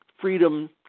freedom